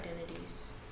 identities